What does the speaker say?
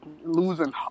losing